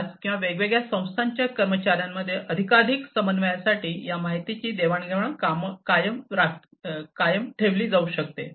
एकाच किंवा वेगवेगळ्या संस्थांच्या कर्मचार्यांमध्ये अधिकाधिक समन्वयासाठी या माहितीची देवाणघेवाण कायम ठेवली जाऊ शकते